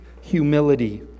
humility